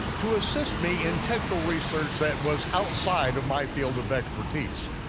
to assist me in textual research that was outside of my field of expertise.